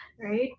right